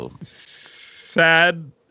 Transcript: Sad